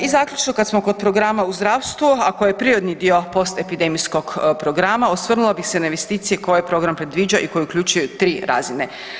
I zaključno kad smo kod programa u zdravstvu ako je prirodni dio postepidemijskog programa osvrnula bih se na investicije koje program predviđa i koji uključuje 3 razine.